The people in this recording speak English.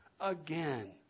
again